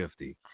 50